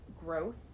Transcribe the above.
growth